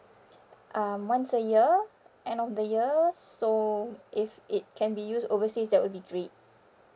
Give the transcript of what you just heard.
um once a year end of the year so if it can be used overseas that would be great